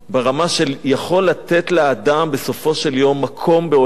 מזון רוחני ברמה שהוא יכול לתת לאדם בסופו של יום מקום בעולמו.